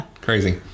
Crazy